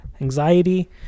Anxiety